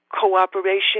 cooperation